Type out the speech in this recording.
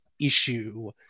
issue